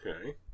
Okay